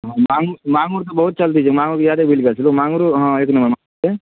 माङुर माङुर के बहुत चलती छै माङुर जादे बिक जाइ छलै माङुरो हँ एक नम्बर माॅंछ छै